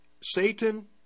Satan